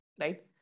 right